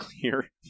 clear